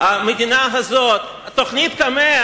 תוכנית קמ"ע,